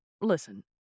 listen